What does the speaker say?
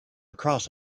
across